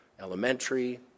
elementary